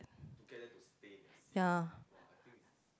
ya